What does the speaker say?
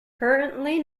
currently